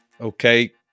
Okay